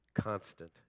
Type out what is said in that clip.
constant